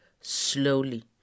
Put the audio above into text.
slowly